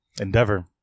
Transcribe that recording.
endeavor